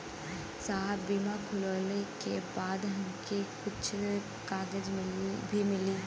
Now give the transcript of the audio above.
साहब बीमा खुलले के बाद हमके कुछ कागज भी मिली?